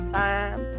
time